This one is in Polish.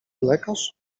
lekarz